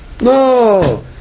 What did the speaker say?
No